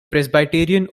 presbyterian